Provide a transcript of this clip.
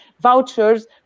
vouchers